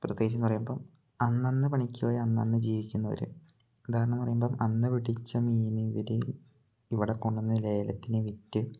പ്രത്യേകിച്ചെന്ന് പറയുമ്പോള് അന്നന്ന് പണിക്ക് പോയി അന്നന്ന് ജീവിക്കുന്നവര് ഉദാഹാരണമെന്ന് പറയുമ്പോള് അന്ന് പിടിച്ച മീന് ഇവര് ഇവിടെ കൊണ്ടുവന്ന് ലേലത്തിന് വിറ്റ്